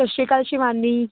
Sat Sri Akal Shivani